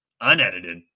unedited